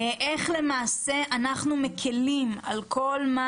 איך למעשה אנחנו מקילים על כל מה